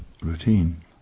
routine